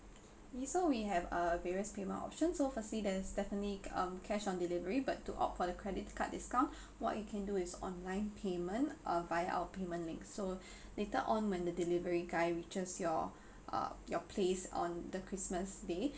okay so we have err various payment options so firstly there's definitely c~ um cash on delivery but to opt for the credit card discount what you can do is online payment uh via our payment link so later on when the delivery guy reaches your uh your place on the christmas day